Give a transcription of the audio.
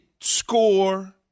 score